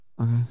Okay